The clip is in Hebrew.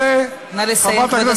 מזה, נא לסיים, כבוד השר.